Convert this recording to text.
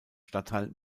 stadtteil